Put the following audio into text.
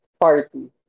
party